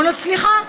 אומרים לו: סליחה,